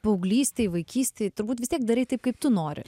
paauglystėj vaikystėj turbūt vis tiek darei taip kaip tu nori